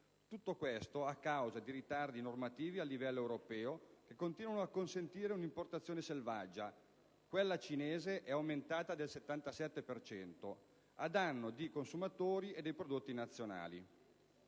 Tutto questo a causa di ritardi normativi a livello europeo che continuano a consentire importazioni selvagge (quella cinese è aumentata del 77 per cento) a danno dei consumatori e dei prodotti nazionali.